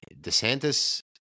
DeSantis